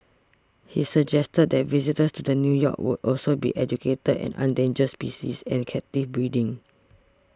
he suggested that visitors to the new park could also be educated on endangered species and captive breeding